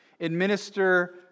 Administer